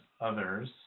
others